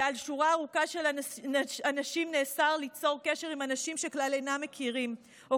ועל שורה ארוכה של אנשים נאסר ליצור קשר עם אנשים שהם אינם מכירים כלל,